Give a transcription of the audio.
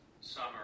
summer